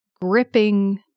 gripping